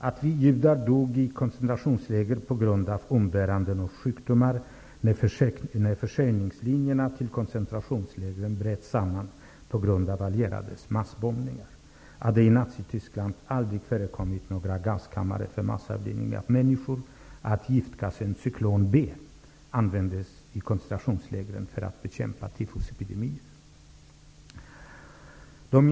Det hävdas vidare att judar dog i koncentrationslägren till följd av umbäranden och sjukdomar när försörjningslinjerna till koncentrationslägren bröt samman på grund av de allierades massbombningar. Det har i Nazityskland aldrig förekommit några gaskamrar för massavlivning av människor. Giftgasen Cyklon B användes i koncentrationslägren för att bekämpa tyfusepidemier.